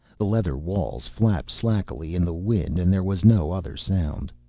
the leather walls flapped slackly in the wind and there was no other sound.